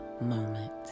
moment